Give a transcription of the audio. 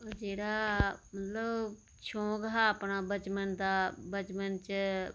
जेहडा मतलब शौक हा अपना बचपन दा बचपन च